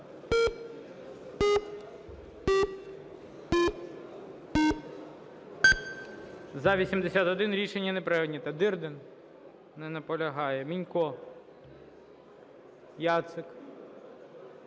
За-81 Рішення не прийнято. Дирдін. Не наполягає. Мінько, Яцик.